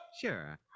Sure